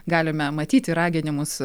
galime matyti raginimus